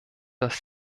dass